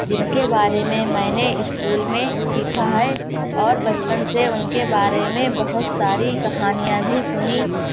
جن کے بارے میں میں نے اسکول میں سیکھا ہے اور بچپن سے ان کے بارے بہت ساری کہانیاں بھی سنی